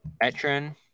Veteran